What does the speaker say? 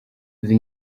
izi